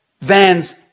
vans